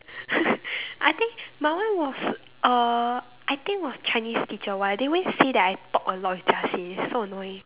I think my one was uh I think was Chinese teacher !wah! they always say that I talk a lot with Jia Xin so annoying